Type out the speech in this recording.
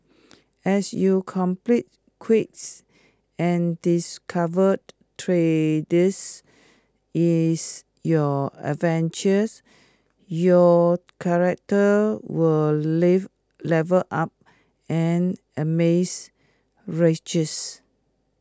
as you complete quests and discovered treasures is your adventures your character will level up and amass riches